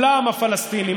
הפלסטינים,